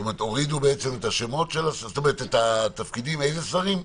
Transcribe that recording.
הורידו בעצם את השמות, את התפקידים איזה שרים?